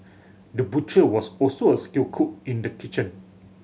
the butcher was also a skilled cook in the kitchen